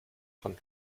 dran